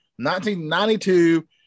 1992